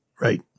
Right